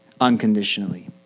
unconditionally